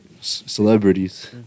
Celebrities